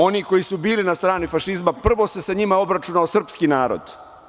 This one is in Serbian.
Oni koji su bili na strani fašizma, prvo se sa njima obračunao srpski narod.